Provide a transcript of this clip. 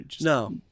No